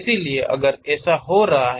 इसलिए अगर ऐसा हो रहा है